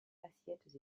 assiettes